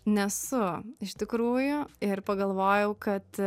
nesu iš tikrųjų ir pagalvojau kad